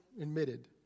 admitted